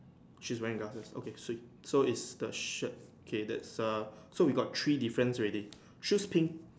she's wearing glasses okay swee so it's the shirt okay that's err so we got three difference already choose pink